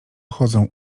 chodzą